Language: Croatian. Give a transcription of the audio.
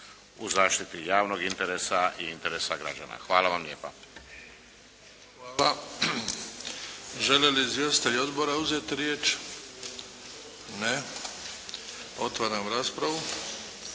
u zaštiti javnog interesa i interesa građana. Hvala vam lijepa. **Bebić, Luka (HDZ)** Hvala. Žele li izvjestitelji Odbora uzeti riječ? Ne. Otvaram raspravu.